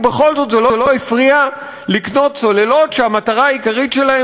ובכל זאת זה לא הפריע לקנות צוללות שהמטרה העיקרית שלהן